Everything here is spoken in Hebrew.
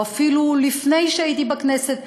או אפילו לפני שהייתי בכנסת,